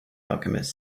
alchemist